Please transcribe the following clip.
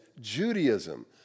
Judaism